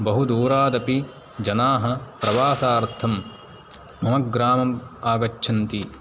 बहुदूरादपि जनाः प्रवासार्थं मम ग्रामं आगच्छन्ति